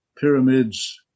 pyramids